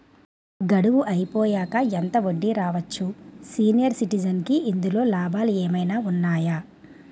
గడువు అయిపోయాక ఎంత వడ్డీ రావచ్చు? సీనియర్ సిటిజెన్ కి ఇందులో లాభాలు ఏమైనా ఉన్నాయా?